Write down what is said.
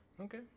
Okay